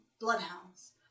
bloodhounds